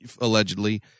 allegedly